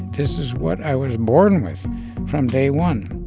this is what i was born with from day one